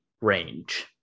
range